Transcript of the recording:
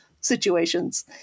situations